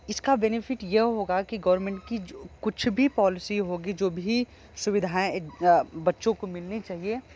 इसका बैनिफिट यह होगा कि गोरमेंट कि जो कुछ भी पॉलिसी होगी जो भी सुविधाएँ एक बच्चों को मिलनी चाहिए